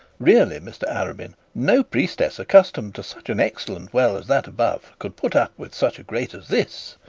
really, mr arabin, no priestess accustomed to such an excellent well as that above could put up with such a grate as this